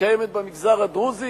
היא קיימת במגזר הדרוזי,